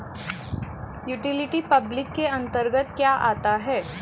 Utility public के अंतर्गत क्या आता है?